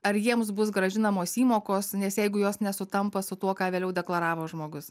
ar jiems bus grąžinamos įmokos nes jeigu jos nesutampa su tuo ką vėliau deklaravo žmogus